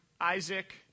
Isaac